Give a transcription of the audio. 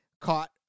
caught